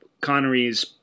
Connery's